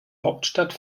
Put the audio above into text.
hauptstadt